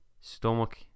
stomach